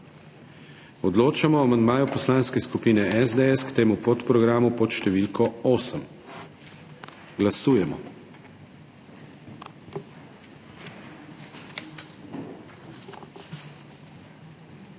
Odločamo o amandmaju Poslanske skupine SDS k temu podprogramu. Glasujemo.